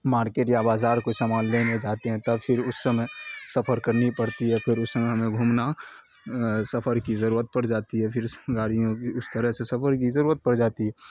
market یا بازار کوئی سامان لینے جاتے ہیں تب پھر اس سمے سفر کرنی پڑتی ہے پھر اس سمے ہمیں گھومنا سفر کی ضرورت پڑ جاتی ہے پھر گاڑیوں کی اس طرح سے سفر کی ضرورت پڑ جاتی ہے